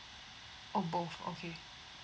oh both okay